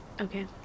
Okay